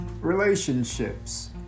Relationships